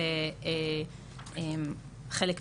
זה חלק מזה.